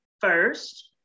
first